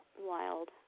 wild